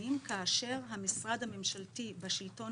סביבתיים כאשר המשרד הממשלתי בשלטון